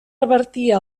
revertir